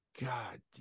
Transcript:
God